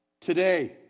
today